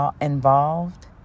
involved